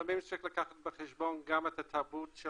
ולפעמים צריך לקחת בחשבון גם את התרבות של